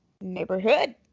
Neighborhood